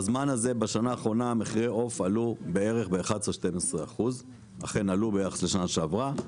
בזמן הזה בשנה האחרונה מחירי עוף עלו בערך ב-12%-11% ביחס לשנה שעברה.